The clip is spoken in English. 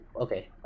okay